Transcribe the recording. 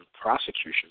prosecution